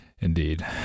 Indeed